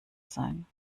sein